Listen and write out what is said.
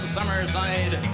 Summerside